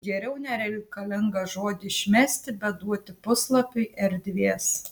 geriau nereikalingą žodį išmesti bet duoti puslapiui erdvės